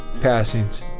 passings